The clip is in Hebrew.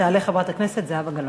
תעלה חברת הכנסת זהבה גלאון.